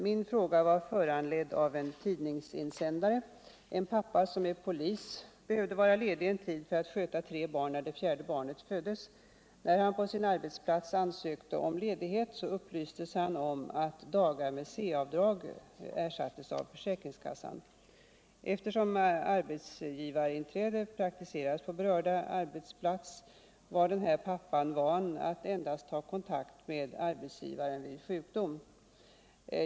Min fråga var föranledd av en tidningsinsändare. En pappa, som är polis, behövde vara ledig en tid för att sköta tre barn när det fjärde barnet föddes. När han på sin arbetsplats ansökte om ledighet upplystes han om att dagar med C-avdrag ersattes av försäkringskassan. Eftersom arbetsgivarinträde praktiseras på berörd arbetsplats var den här pappan van att endast ta kontakt med arbetsgivaren vid sjukdom.